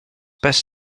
best